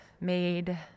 made